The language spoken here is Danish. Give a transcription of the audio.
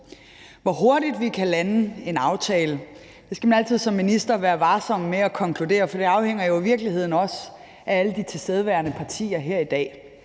Hvor hurtigt vi kan lande en aftale, skal man altid som minister være varsom med at konkludere, for det afhænger jo i virkeligheden også af alle de tilstedeværende partier her i dag.